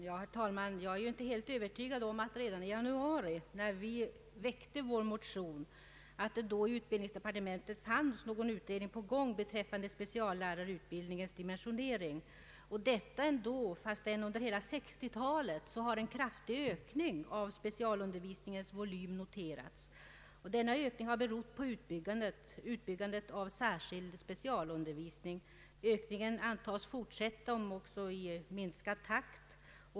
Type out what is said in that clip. Herr talman! Jag är inte helt övertygad om att det redan i januari, när vi väckte vår motion, pågick en utredning i utbildningsdepartementet beträffande speciallärarutbildningens <dimensionering, detta trots att under 1960-talet en kraftig ökning av specialundervisningens volym har noterats. Denna ökning har berott på utbyggnaden av specialundervisningen. Ökningen antas fortsätta om också i minskad takt.